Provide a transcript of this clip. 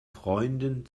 freunden